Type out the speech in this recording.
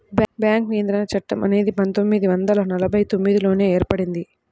bank నియంత్రణ చట్టం అనేది పందొమ్మిది వందల నలభై తొమ్మిదిలోనే ఏర్పడింది